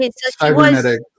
cybernetic